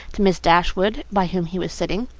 to miss dashwood, by whom he was sitting.